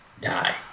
die